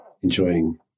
enjoying